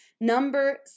Number